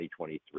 2023